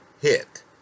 hit